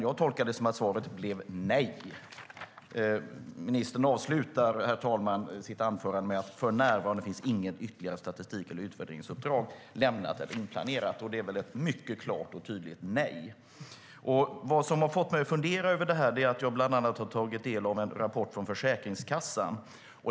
Jag tolkar det som att svaret blev nej. Ministern avslutade sitt anförande med att säga att "för närvarande finns inget ytterligare statistik eller utvärderingsuppdrag lämnat eller inplanerat". Det är väl ett mycket klart och tydligt nej. Vad som har fått mig att fundera är bland annat en rapport från Försäkringskassan.